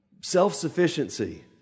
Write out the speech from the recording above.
self-sufficiency